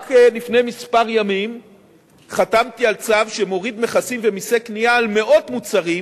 רק לפני כמה ימים חתמתי על צו שמוריד מכסים ומסי קנייה על מאות מוצרים,